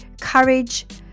courage